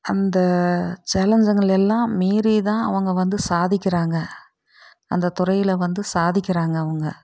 அந்த சேனல்களை எல்லாம் மீறிதான் அவங்க சாதிக்கிறாங்க அந்த துறையில் வந்து சாதிக்கிறாங்க அவங்க